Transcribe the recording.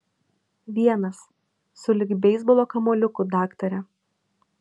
vienas sulig beisbolo kamuoliuku daktare